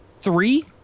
Three